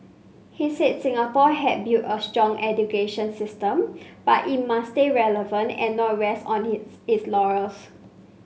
he said Singapore had built a strong education system but it must stay relevant and not rest on hits its laurels